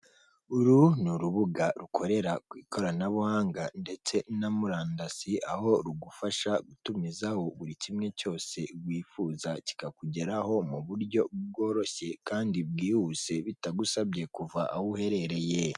Uru ni urubuga rukorera ku ikoranabuhanga ndetse na murandasi, aho rugufasha gutumizaho buri kimwe cyose wifuza, kikakugeraho mu buryo bworoshye kandi bwihuse, bitagusabye kuva aho uherereye.